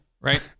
right